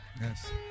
Yes